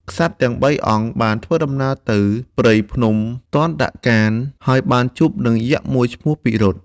ក្សត្រទាំងបីអង្គបានធ្វើដំណើរទៅព្រៃភ្នំទណ្ឌការណ្យ ហើយបានជួបនឹងយក្សមួយឈ្មោះ ពិរោធ។